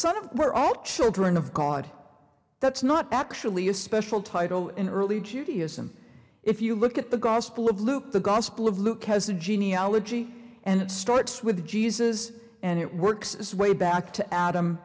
some of them were all children of god that's not actually a special title in early judaism if you look at the gospel of luke the gospel of luke has a genealogy and it starts with jesus and it works its way back to adam